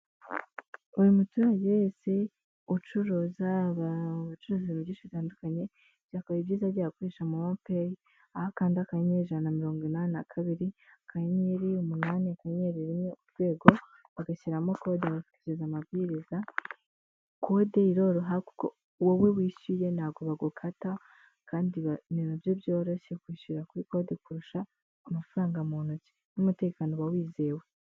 Uyu muturage wese ucuruza bicuruza byinshi bitandukanye byakora ibyiza byaabakoresha moopey aho akanda *182*8*1# bagashyiramo kode bakurikiza amabwiriza kodeyro wowe wishyuye ntabwogo bagukata kandi ni nabyo byoroshye kwishyura kuri kode kurusha amafaranga mu ntoki n'umutekano uba wizewe.